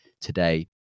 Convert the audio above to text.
today